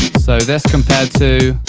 so, this compared to.